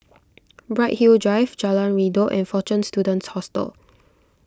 Bright Hill Drive Jalan Redop and fortune Students Hostel